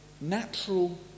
natural